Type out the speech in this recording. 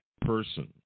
person